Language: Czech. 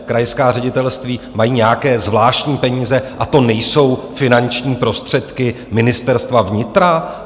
Krajská ředitelství mají nějaké zvláštní peníze a to nejsou finanční prostředky Ministerstva vnitra?